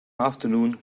afternoon